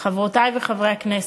חברותי וחברי חברי הכנסת,